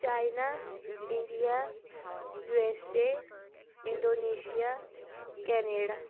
China India USA Indonesia Canada